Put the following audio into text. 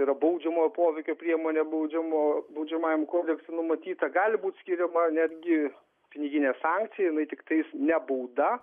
yra baudžiamojo poveikio priemonė baudžiamo baudžiamajam kodekse numatyta gali būti skiriama netgi piniginė sankcija jinai tiktais ne bauda